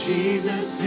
Jesus